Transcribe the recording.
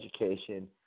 education